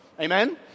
amen